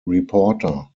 reporter